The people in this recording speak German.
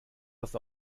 das